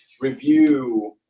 review